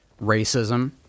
racism